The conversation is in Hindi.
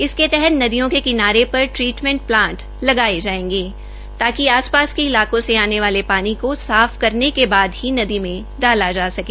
इसके तहत नदियों के किनारे पर ट्रीटमेन्टे प्लांट लगाए जाएंगे तांकि आस पास के इलाकों से आने वाले पानी को साफ करने के बाद ही नदी में डाला जा सके